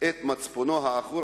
את מצפונו העכור,